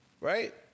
Right